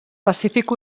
pacífic